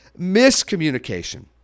miscommunication